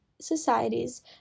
societies